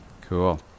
Cool